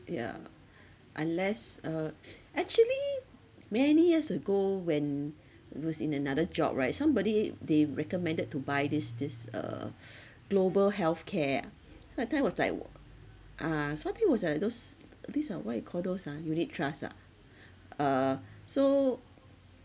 yeah unless uh actually many years ago when was in another job right somebody they recommended to buy this this uh global healthcare ah so that time was like wo~ uh so I think it was like those these are what you call those ah unit trust ah uh so